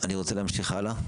אני רוצה להמשיך הלאה.